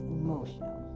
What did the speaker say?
emotional